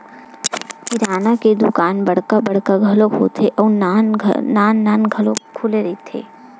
किराना के दुकान बड़का बड़का घलो होथे अउ नान नान घलो खुले रहिथे